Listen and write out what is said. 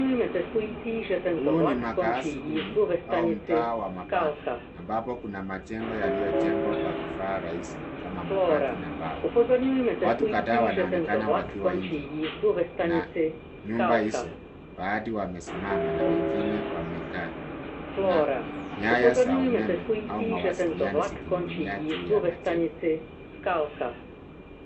Huu ni makaazi duni au mtaa wa mabanda, ambapo kuna majengo yaliyojengwa kwa vifaa rahisi kama: mabati na mbao. Wakuu kadhaa wanaonekana wakiwa nje na nyumba hizo, baadhi wamesimama na wengine wamekaa. Kuna nyaya za umeme au mawasiliano, zikining'inia juu ya majengo.